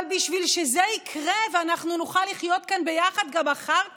אבל בשביל שזה יקרה ואנחנו נוכל לחיות כאן ביחד גם אחר כך,